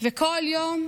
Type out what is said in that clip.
וכל יום